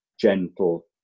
gentle